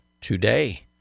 today